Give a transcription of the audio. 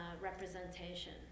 representation